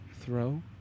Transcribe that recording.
Throw